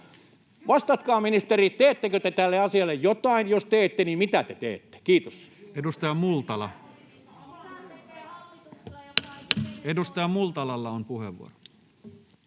Vastatkaa, ministeri: Teettekö te tälle asialle jotain? Jos teette, niin mitä te teette? — Kiitos. [Speech 59] Speaker: